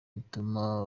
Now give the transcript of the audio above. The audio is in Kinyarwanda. bituma